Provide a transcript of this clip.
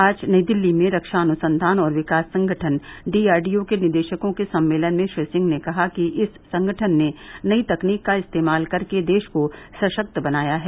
आज नई दिल्ली में रक्षा अनुसंधान और विकास संगठन डीआरडीओ के निदेशकॉ के सम्मेलन में श्री सिंह ने कहा कि इस संगठन ने नई तकनीक का इस्तेमाल करके देश को सशक्त बनाया है